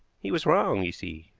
he was wrong, you see.